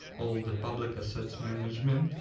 all the public assets management.